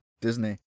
Disney